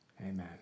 amen